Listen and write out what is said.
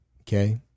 okay